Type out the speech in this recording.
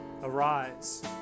Arise